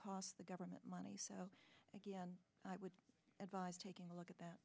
cost the government money so again i would advise taking a look at that